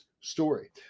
story